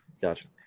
Gotcha